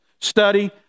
study